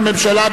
בשם הממשלה,